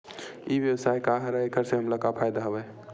ई व्यवसाय का हरय एखर से हमला का फ़ायदा हवय?